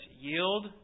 yield